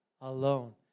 alone